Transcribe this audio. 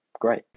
great